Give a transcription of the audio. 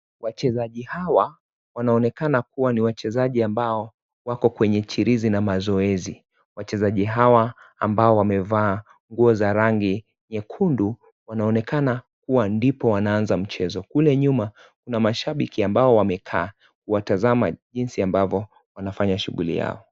Wachezaji hawa wanaonekana kuwa ni wachezaji ambao wako kwenye chirizi la mazoezi. Wachezaji hawa ambao wamevaa nguo za rangi nyekundu wanaonekana kuwa ndipo wanaanza mchezo. Kule nyuma, kuna mashabiki ambao wameka kuwa tazama jinsi ambavyo wanafanya shuguli yao.